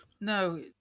No